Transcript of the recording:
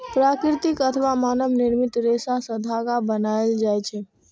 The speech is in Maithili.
प्राकृतिक अथवा मानव निर्मित रेशा सं धागा बनायल जाए छै